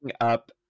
up